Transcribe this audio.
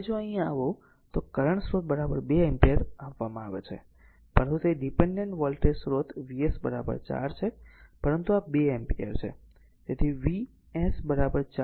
હવે જો અહીં આવે તો કરંટ સ્રોત 2 એમ્પીયર આપવામાં આવે છે પરંતુ તે ડીપેનડેન્ટ વોલ્ટેજ સ્રોત V s 4 છે પરંતુ આ 2 એમ્પીયર છે